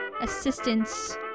assistance